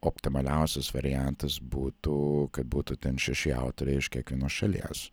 optimaliausias variantas būtų kad būtų ten šeši autoriai iš kiekvienos šalies